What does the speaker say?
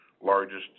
largest